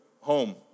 home